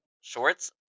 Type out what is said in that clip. Shorts